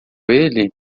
ele